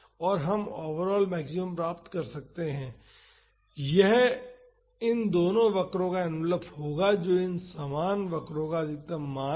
और हम overall maximum प्राप्त कर सकते हैं यह इन दोनों वक्रों का एनवेलप होगा जो इन दोनों वक्रों का अधिकतम मान है